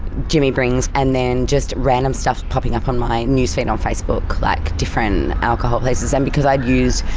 jimmy brings and then just random stuff popping up on my newsfeed on facebook, like different alcohol places. and because i'd use,